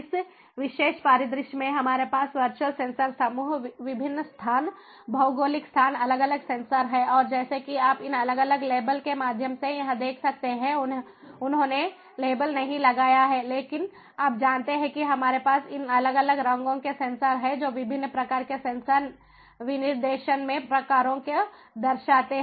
इस विशेष परिदृश्य में हमारे पास वर्चुअल सेंसर समूह विभिन्न स्थान भौगोलिक स्थान अलग अलग सेंसर हैं और जैसा कि आप इन अलग अलग लेबल के माध्यम से यहां देख सकते हैं उन्होंने लेबल नहीं लगाया है लेकिन आप जानते हैं कि हमारे पास इन अलग अलग रंगों के सेंसर हैं जो विभिन्न प्रकार के सेंसर विनिर्देशन में प्रकारों को दर्शाते हैं